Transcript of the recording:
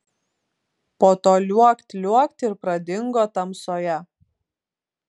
po to liuokt liuokt ir pradingo tamsoje